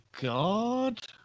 God